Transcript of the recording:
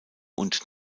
und